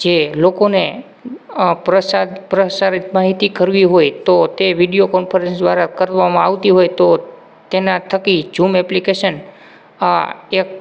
જે લોકોને અ પ્રસાર પ્રસારિત માહિતી કરવી હોય તો તે વીડિયો કોન્ફરન્સ દ્વારા કરવામાં આવતી હોય તો તેના થકી ઝૂમ એપ્લિકેશન આ એક